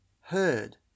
heard